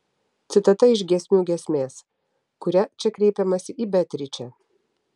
citata iš giesmių giesmės kuria čia kreipiamasi į beatričę